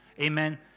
Amen